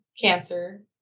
cancer